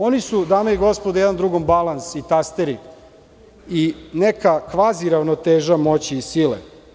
Oni su, dame i gospodo, jedan drugom balans i tasteri i neka kvaziravnoteža moći i sile.